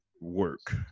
work